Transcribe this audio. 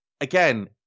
again